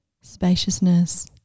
spaciousness